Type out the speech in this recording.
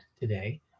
today